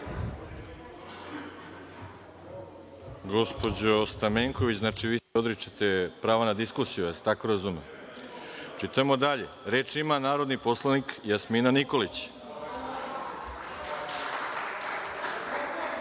Gospođo Stamenković, znači, vi se odričete prava na diskusiju. Ja sam tako razumeo. Idemo dalje. Reč ima narodni poslanik Jasmina Nikolić.(Balša